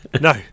No